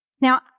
Now